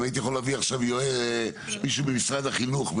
אם הייתי יכול להביא עכשיו מישהו ממשרד החינוך,